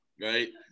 right